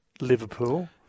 Liverpool